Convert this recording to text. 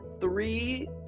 three